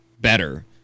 better